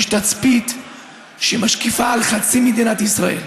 יש תצפית שמשקיפה על חצי מדינת ישראל.